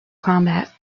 combat